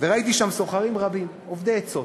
וראיתי שם סוחרים אובדי עצות,